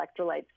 electrolytes